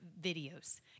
videos